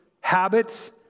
habits